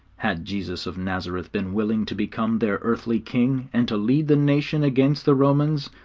had jesus of nazareth been willing to become their earthly king and to lead the nation against the romans,